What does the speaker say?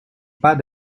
pas